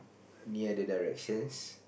near the directions